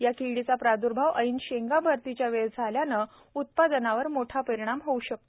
या किडीचा प्राद्र्भाव ऐन शेंगा भरतीच्या वेळेस झाल्याने उत्पादनावर मोठा परीणाम होणार आहे